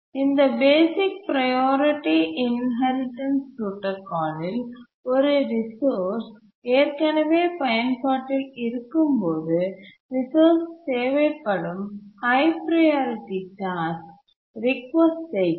இந்த basic priority inheritance protocol இல் ஒரு ரிசோர்ஸ் ஏற்கனவே பயன்பாட்டில் இருக்கும்போது ரிசோர்ஸ் தேவைப்படும் ஹய் ப்ரையாரிட்டி டாஸ்க் ரிக்வெஸ்ட் செய்கிறது